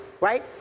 Right